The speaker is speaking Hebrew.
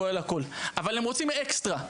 כולל הכל; אבל הם רוצים אקסטרה,